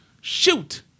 shoot